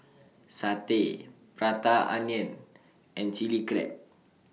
Satay Prata Onion and Chili Crab